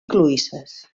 cloïsses